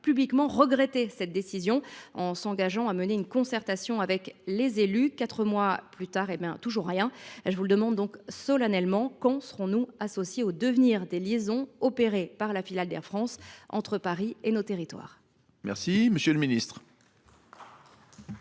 publiquement regretté cette décision et s’est engagé à mener une concertation avec les élus. Quatre mois plus tard, toujours rien ! Je vous le demande solennellement : quand serons nous associés au devenir des liaisons opérées par la filiale d’Air France entre Paris et nos territoires ? La parole est à M. le ministre